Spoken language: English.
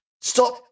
Stop